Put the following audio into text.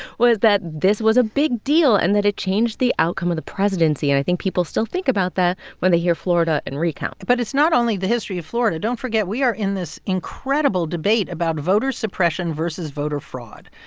was that this was a big deal and that it changed the outcome of the presidency. and i think people still think about that when they hear florida and recount but it's not only the history of florida. don't forget, we are in this incredible debate about voter suppression versus voter fraud.